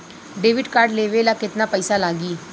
Debit card लेवे ला केतना पईसा लागी?